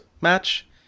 match